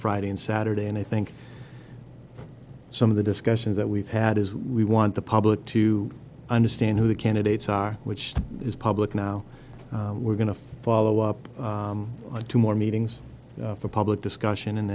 friday and saturday and i think some of the discussions that we've had is we want the public to understand who the candidates are which is public now we're going to follow up two more meetings for public discussion and